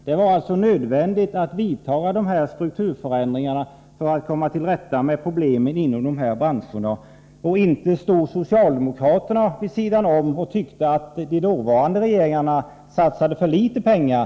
Det var nödvändigt att vidta strukturförändringar för att komma till rätta med problemen inom dessa branscher. Inte stod socialdemokraterna vid sidan om och tyckte att de dåvarande regeringarna satsade för litet pengar!